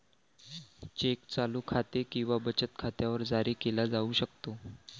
check चालू खाते किंवा बचत खात्यावर जारी केला जाऊ शकतो